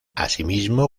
asimismo